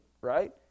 right